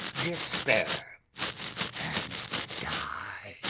despair and die!